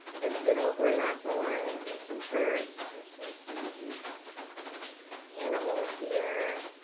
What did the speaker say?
the middle horizontal line there's some curves, there seems to be some animal here